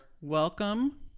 welcome